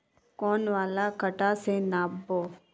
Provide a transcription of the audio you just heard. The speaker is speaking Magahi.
कौन वाला कटा से नाप बो?